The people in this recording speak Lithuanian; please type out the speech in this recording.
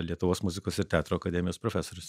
lietuvos muzikos ir teatro akademijos profesorius